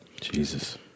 Jesus